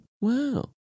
Wow